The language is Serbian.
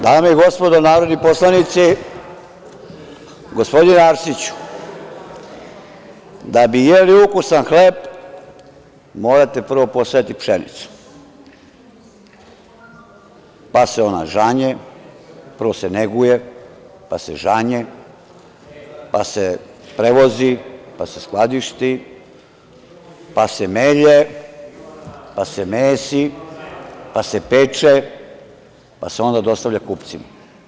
Dame i gospodo narodni poslanici, gospodine Arsiću, da bi jeli ukusan hleb, morate prvo posejati pšenicu, prvo se neguje, pa se žanje, pa se prevozi, pa se skladišti, pa se melje, pa se mesi, pa se peče, pa se onda dostavlja kupcima.